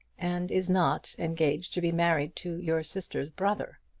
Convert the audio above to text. and is not engaged to be married to your sister's brother.